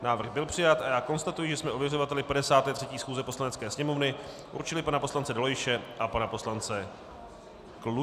Návrh byl přijat a já konstatuji, že jsme ověřovateli 53. schůze Poslanecké sněmovny určili pana poslance Dolejše a pana poslance Klučku.